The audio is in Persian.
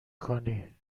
کنی